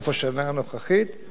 אני אוסיף משפט משלי: